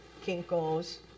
kinkos